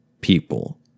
people